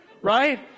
right